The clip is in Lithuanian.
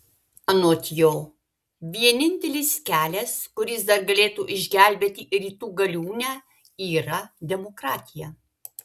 anot jo vienintelis kelias kuris dar galėtų išgelbėti rytų galiūnę yra demokratija